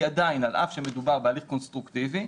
עדיין על אף שמדובר בהליך קונסטרוקטיבי,